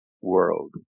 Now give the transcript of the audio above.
world